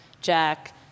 Jack